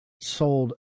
sold